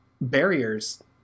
barriers